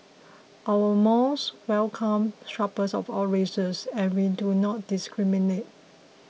our malls welcome shoppers of all races and we do not discriminate